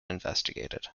investigated